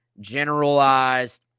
generalized